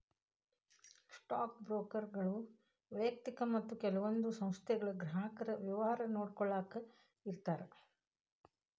stock ಬ್ರೋಕರ್ಗಳು ವ್ಯಯಕ್ತಿಕ ಮತ್ತ ಕೆಲವೊಂದ್ ಸಂಸ್ಥೆಗಳ ಗ್ರಾಹಕರ ವ್ಯವಹಾರ ನೋಡ್ಕೊಳ್ಳಾಕ ಇರ್ತಾರ